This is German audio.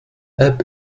app